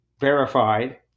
verified